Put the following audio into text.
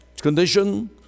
condition